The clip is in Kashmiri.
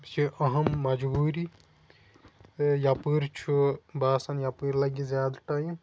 مےٚ چھِ اہم مجبوٗری تہٕ یَپٲرۍ چھُ باسان یَپٲرۍ لَگہِ زیادٕ ٹایم